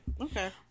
Okay